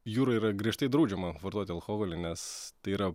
jūroj yra griežtai draudžiama vartoti alkoholį nes tai yra